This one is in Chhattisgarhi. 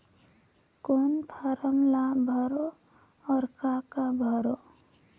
कौन फारम ला भरो और काका भरो?